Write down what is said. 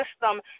system